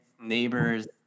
neighbors